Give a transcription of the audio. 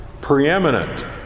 preeminent